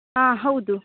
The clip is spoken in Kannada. ಹಾಂ ಹೌದು